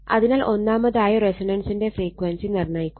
അതിനാൽ ഒന്നാമതായി റെസൊണന്സിന്റെ ഫ്രീക്വൻസി നിർണ്ണയിക്കുക